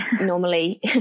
normally